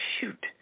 Shoot